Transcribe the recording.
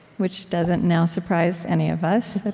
which doesn't now surprise any of us,